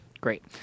Great